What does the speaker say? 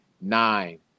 nine